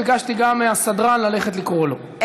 ביקשתי גם מהסדרן ללכת לקרוא לו.